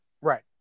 Right